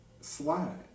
slide